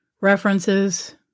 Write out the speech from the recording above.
references